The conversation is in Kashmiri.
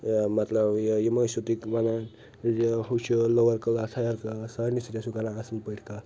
ٲں مطلب یہِ یہِ مہٕ آسِو تُہۍ ونان یہِ ہُو چھُ لوٚوَر کلاس ہایَر کلاس سارنٕے سۭتۍ آسِو کران اصٕل پٲٹھۍ کَتھ